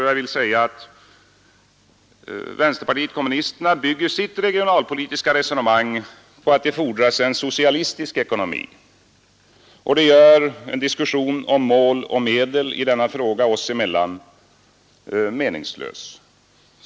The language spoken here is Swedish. Jag vill säga att vänsterpartiet kommunisterna bygger sitt regionalpolitiska resonemang på att det fordras en socialistisk ekonomi, och det gör en diskussion om mål och medel i detta sammanhang oss emellan meningslös.